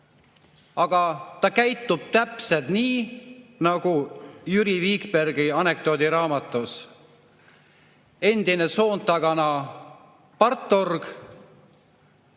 Aga ta käitub täpselt nii nagu Jüri Viikbergi anekdoodiraamatu järgi: endine Soontagana partorg,